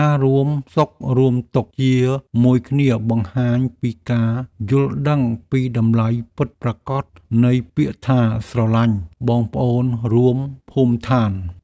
ការរួមសុខរួមទុក្ខជាមួយគ្នាបង្ហាញពីការយល់ដឹងពីតម្លៃពិតប្រាកដនៃពាក្យថាស្រឡាញ់បងប្អូនរួមភូមិឋាន។